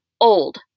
old